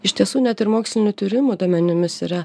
iš tiesų net ir mokslinių tyrimų duomenimis yra